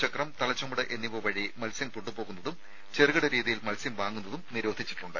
ഇരുചക്രം മുച്ചക്രം തലച്ചുമട് വഴി മത്സ്യം കൊണ്ടുപോകുന്നതും ചെറുകിട രീതിയിൽ മത്സ്യം വാങ്ങുന്നതും നിരോധിച്ചിട്ടുണ്ട്